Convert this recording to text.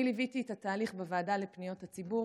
אני ליוויתי את התהליך בוועדה לפניות הציבור